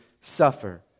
suffer